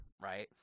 right